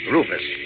Rufus